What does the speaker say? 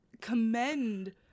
commend